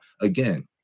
again